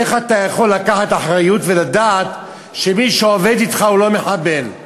איך אתה יכול לקחת אחריות ולדעת שמי שעובד אתך הוא לא מחבל?